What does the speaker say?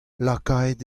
lakaet